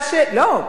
בדיוק.